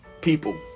people